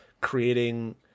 creating